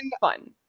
fun